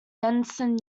denison